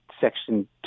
Section